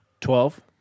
Twelve